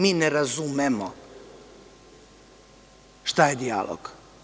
Mi ne razumemo šta je dijalog.